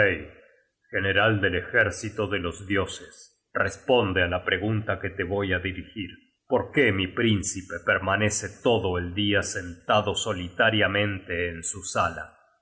general del ejército de los dioses responde á la pregunta que te voy á dirigir por qué mi príncipe permanece todo el dia sentado solitariamente en su sala